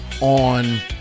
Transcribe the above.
on